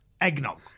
eggnog